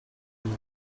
and